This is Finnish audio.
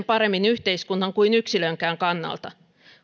paremmin yhteiskunnan kuin yksilönkään kannalta